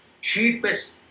cheapest